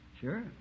Sure